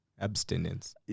abstinence